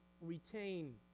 retain